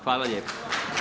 Hvala lijepa.